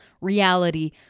reality